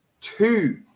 Two